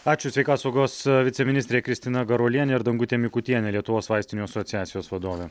ačiū sveika saugos viceministrė kristina garuolienė ir dangutė mikutienė lietuvos vaistinių asociacijos vadovė